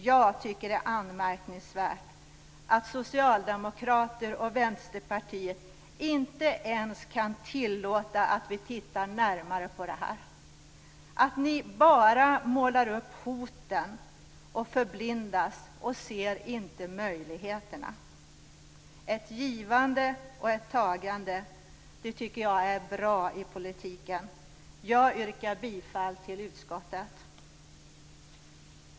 Jag tycker att det är anmärkningsvärt att ni socialdemokrater och vänsterpartister inte ens kan tillåta att vi tittar närmare på detta. Ni bara målar upp hoten och förblindas; ni ser inte möjligheterna. Ett givande och ett tagande tycker jag är bra i politiken. Jag yrkar bifall till utskottets hemställan.